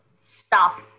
stop